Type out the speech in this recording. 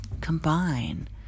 combine